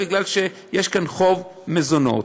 בגלל חוב המזונות.